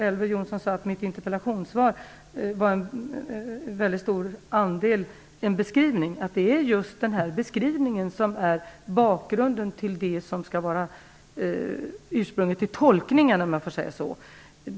Elver Jonsson sade att mitt interpellationssvar till väldigt stor del var en beskrivning. Vi måste komma ihåg att det är just denna beskrivning som är bakgrunden till det som skall vara ursprunget till tolkningen.